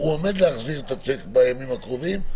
הוא עומד להחזיר את השיק בימים הקרובים,